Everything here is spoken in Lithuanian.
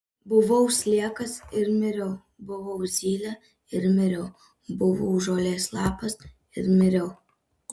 buvau sliekas ir miriau buvau zylė ir miriau buvau žolės lapas ir miriau